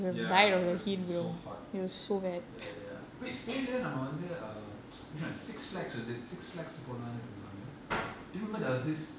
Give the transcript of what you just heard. ya it would have been so hot ya ya wait spain there நாமவந்து:naama vandhu which one six flags was it six flags போலாம்னுஇருந்தோம்ல:polaamnu irundhomla do you remember there was this